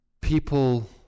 people